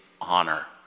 honor